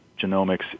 genomics